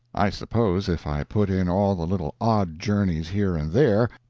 i suppose if i put in all the little odd journeys here and there,